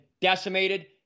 decimated